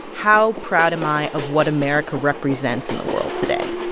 how proud am i of what america represents in the world today?